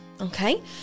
Okay